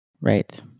Right